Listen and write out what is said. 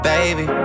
Baby